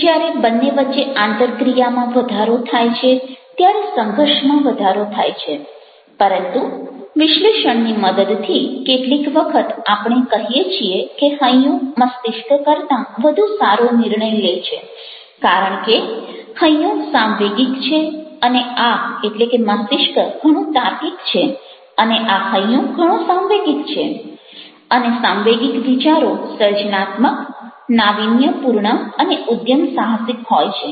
જ્યારે બંને વચ્ચે અંતરક્રિયામાં વધારો થાય છે ત્યારે સંઘર્ષમાં વધારો થાય છે પરંતુ વિશ્લેષણની મદદથી કેટલીક વખત આપણે કહીએ છીએ કે હૈયું મસ્તિષ્ક કરતાં વધુ સારો નિર્ણય લે છે કારણ કે હૈયું સાંવેગિક છે અને આ મસ્તિષ્ક ઘણું તાર્કિક છે અને આ હૈયુ ઘણું સાંવેગિક છે અને સાંવેગિક વિચારો સર્જનાત્મક નાવીન્યપૂર્ણ અને ઉદ્યમસાહસિક હોય છે